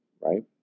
Right